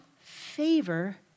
favor